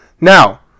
Now